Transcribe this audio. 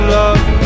love